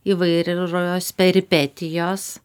įvairios peripetijos